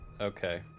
Okay